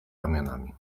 ramionami